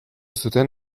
zuten